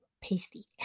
pasty